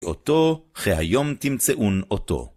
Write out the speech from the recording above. אותו, כי היום תמצאון אותו.